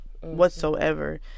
whatsoever